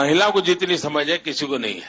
महिला को जितनी समझ है वह किसी को नहीं है